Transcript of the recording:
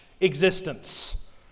existence